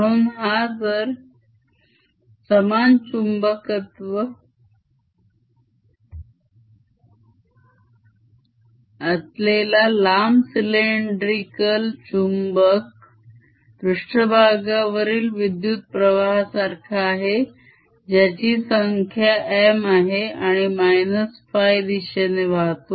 म्हणून हा समान चुंबकत्व असलेला लांब cylindrical चुंबक पृष्ठभागावरील विद्युत्प्रवाहा सारखा आहे ज्याची संख्या M आहे आणि -φ दिशेने वाहतो